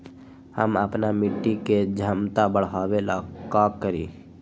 हम अपना मिट्टी के झमता बढ़ाबे ला का करी?